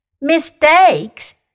Mistakes